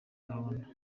gahunda